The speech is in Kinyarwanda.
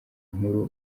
nkuru